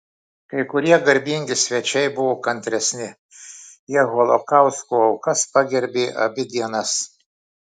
kai kurie garbingi svečiai buvo kantresni jie holokausto aukas pagerbė abi dienas